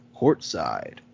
courtside